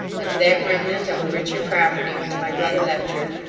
and to that remnant of a richer property which my brother left her,